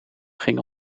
ging